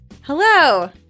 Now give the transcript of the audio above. Hello